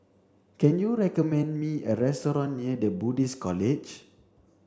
can you recommend me a restaurant near the Buddhist College